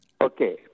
Okay